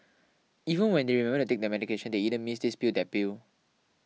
even when they remember to take their medication they either miss this pill that pill